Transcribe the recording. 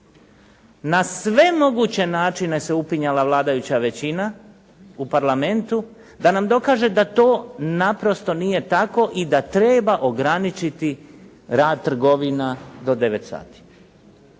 Na sve moguće načine se upinjala vladajuća većina u Parlamentu da nam dokaže da to naprosto nije tako i da treba ograničiti rad trgovina do devet sati.